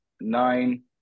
nine